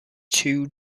two